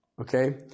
okay